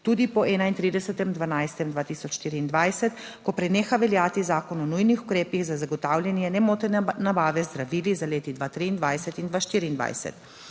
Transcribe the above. tudi po 31. 12. 2024, ko preneha veljati zakon o nujnih ukrepih za zagotavljanje nemotene nabave zdravil za leti 2023 in 2024.